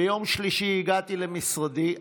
ביום שלישי הגעתי למשרדי,